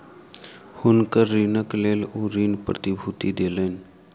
हुनकर ऋणक लेल ओ ऋण प्रतिभूति देलैन